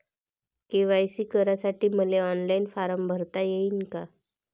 KYC करासाठी मले online form भरता येईन का?